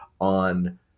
on